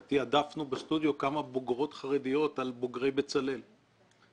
תעדפנו בסטודיו כמה בוגרות חרדיות על בוגרי בצלאל.